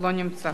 לא נמצא,